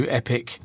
epic